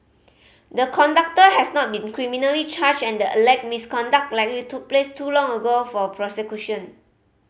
the conductor has not been criminally charged and the alleged misconduct likely took place too long ago for prosecution